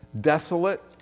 Desolate